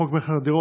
חוק מכירת דירות,